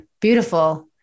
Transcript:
Beautiful